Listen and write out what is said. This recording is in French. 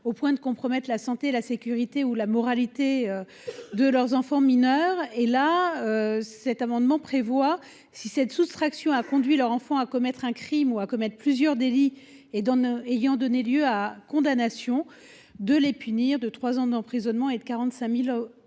au point de compromettre la santé, la sécurité ou la moralité de leurs enfants mineurs. Cet amendement tend donc, si cette soustraction a conduit leur enfant à commettre un crime ou plusieurs délits ayant donné lieu à condamnation, à les punir de trois ans d’emprisonnement et de 45 000 euros